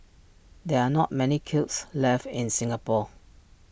there are not many kilns left in Singapore